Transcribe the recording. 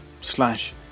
slash